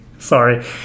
Sorry